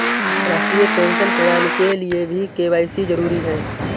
राष्ट्रीय पेंशन प्रणाली के लिए भी के.वाई.सी जरूरी है